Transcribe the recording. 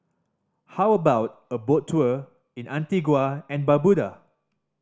how about a boat tour in Antigua and Barbuda